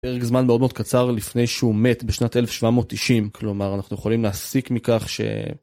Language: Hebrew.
פרק זמן מאוד מאוד קצר לפני שהוא מת בשנת 1790 כלומר אנחנו יכולים להסיק מכך ש.